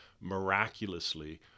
miraculously